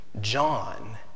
John